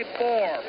four